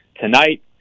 tonight